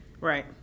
right